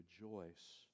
rejoice